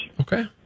Okay